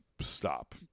stop